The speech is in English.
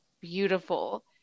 beautiful